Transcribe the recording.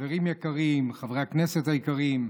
חברים יקרים, חברי הכנסת היקרים,